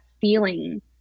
feeling